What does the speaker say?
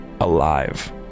alive